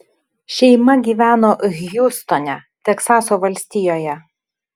šeima gyveno hjustone teksaso valstijoje